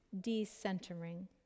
de-centering